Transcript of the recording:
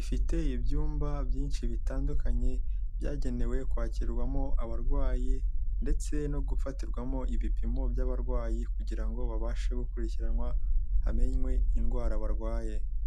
ifite ibyumba byinshi bitandukanye byagenewe kwakirwamo abarwayi ndetse no gufatirwamo ibipimo by'abarwayi kugira ngo babashe gukurikiranwa, hamenywe indwara barwaye.